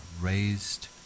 raised